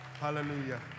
Hallelujah